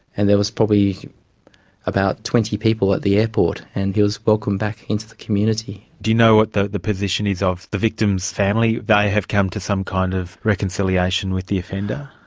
and there was probably about twenty people at the airport and he was welcomed back into the community. do you know what the the position is of the victim's family? they have come to some kind of reconciliation with the offender?